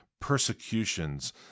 persecutions